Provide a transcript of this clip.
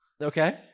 Okay